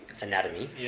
Anatomy